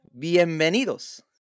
Bienvenidos